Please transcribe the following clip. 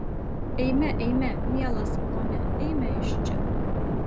eime eime mielas pone eime iš čia